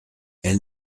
elle